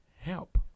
help